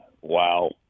Wow